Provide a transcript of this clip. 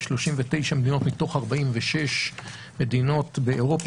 ב-39 מדינות מתוך 46 מדינות באירופה,